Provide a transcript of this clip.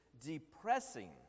depressing